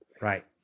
Right